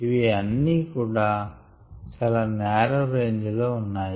ఇవి అన్ని కూడా చాలా నారో రేంజ్ లో ఉన్నాయి